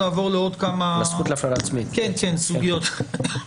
אחר כך נעבור לעוד סוגיות שהועלו.